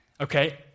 okay